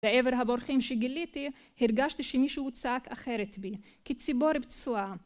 לעבר הבורחים שגיליתי, הרגשתי שמישהו צעק אחרת בי, כציפור פצועה.